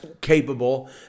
capable